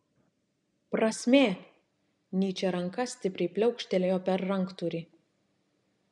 prasmė nyčė ranka stipriai pliaukštelėjo per ranktūrį